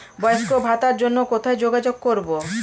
বয়স্ক ভাতার জন্য কোথায় যোগাযোগ করব?